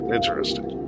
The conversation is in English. interesting